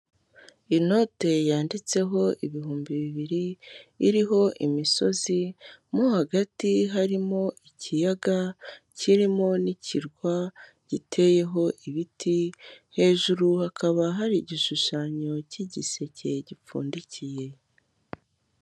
Inote yanditseho ibihumbi bibiri iriho imisozi mo hagati harimo ikiyaga kirimo n'ikirwa, giteyeho ibiti, hejuru hakaba hari igishushanyo k'igiseke gipfundikiye.